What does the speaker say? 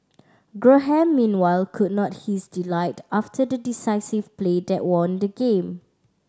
graham meanwhile could not his delight after the decisive play that won the game